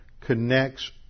connects